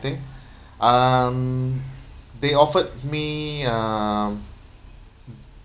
think um they offered me uh